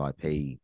IP